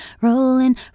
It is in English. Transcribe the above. Rolling